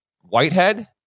Whitehead